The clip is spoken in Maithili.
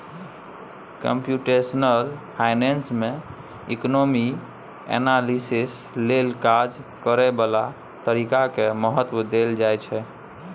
कंप्यूटेशनल फाइनेंस में इकोनामिक एनालिसिस लेल काज करए बला तरीका के महत्व देल जाइ छइ